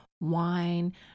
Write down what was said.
wine